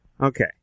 Okay